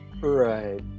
right